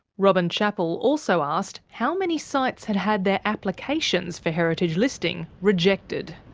robin chapple also asked how many sites had had their applications for heritage listing rejected.